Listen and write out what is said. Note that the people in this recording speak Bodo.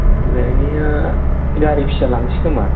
लायनाया गारि फिसा लांनोसै खोमा